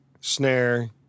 snare